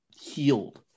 healed